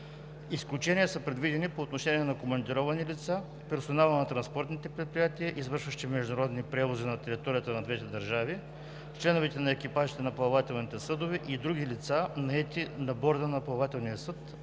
Изключения са предвидени по отношение на командировани лица, персонала на транспортните предприятия, извършващи международни превози на територията на двете държави, членовете на екипажите на плавателните съдове и други лица, наети на борда на плавателния съд,